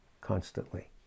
constantly